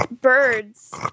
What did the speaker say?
Birds